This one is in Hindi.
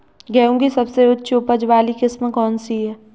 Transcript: गेहूँ की सबसे उच्च उपज बाली किस्म कौनसी है?